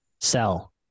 sell